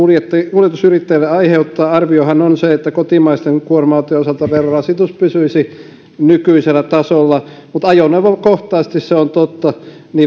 kuljetusyrittäjille aiheuttaa arviohan on se että kotimaisten kuorma autojen osalta verorasitus pysyisi nykyisellä tasolla mutta ajoneuvokohtaisesti se on totta